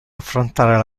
affrontare